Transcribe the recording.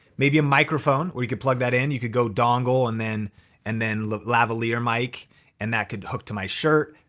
maybe a microphone where you could plug that in. you could go dongle and then and then lavalier mic and that could hook to my shirt.